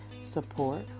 support